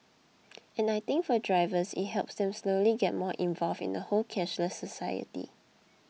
and I think for drivers it helps them slowly get more involved in the whole cashless society